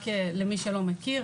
רק למי שלא מכיר,